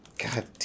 God